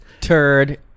Turd